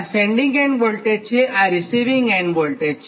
આ sending end voltage છે અને આ રીસિવીંગ એન્ડ વોલ્ટેજ છે